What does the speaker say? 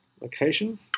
Location